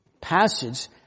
passage